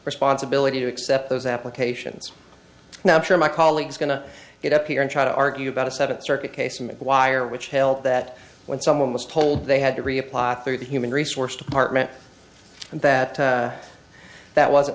responsibility to accept those applications now i'm sure my colleagues going to get up here and try to argue about a seventh circuit case mcguire which helped that when someone was told they had to reapply through the human resource department and that that was